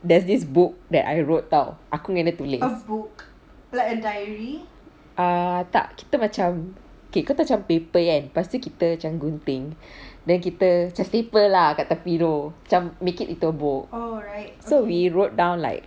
there's this book that I wrote [tau] aku dengan dia tulis err tak kita macam okay kau tahu macam paper kan lepas tu kita macam gunting then kita macam staple lah tepi tu macam make it into a book so we wrote down like